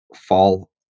fall